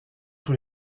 tous